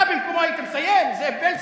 אתה במקומו היית מסיים, זאב בילסקי?